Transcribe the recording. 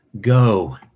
Go